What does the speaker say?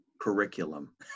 curriculum